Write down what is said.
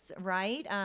right